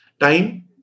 time